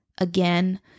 again